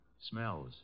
smells